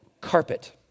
Carpet